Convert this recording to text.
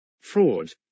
Fraud